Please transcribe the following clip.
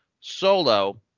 Solo